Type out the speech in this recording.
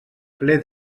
ple